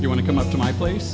you want to come up to my place